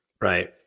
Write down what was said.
Right